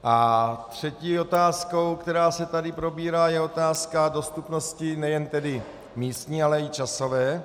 A třetí otázkou, která se tady probírá, je otázka dostupnosti nejen tedy místní, ale i časové.